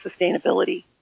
sustainability